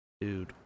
Dude